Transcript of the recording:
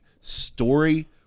story